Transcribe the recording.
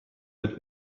mit